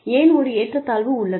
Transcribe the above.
ஏன் ஒரு ஏற்றத்தாழ்வு உள்ளது